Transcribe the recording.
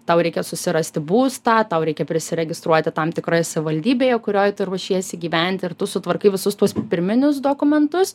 tau reikia susirasti būstą tau reikia prisiregistruoti tam tikroje savivaldybėje kurioj tu ruošiesi gyventi ir tu sutvarkai visus tuos pirminius dokumentus